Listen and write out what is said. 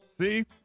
see